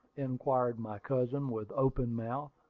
inquired my cousin, with open mouth.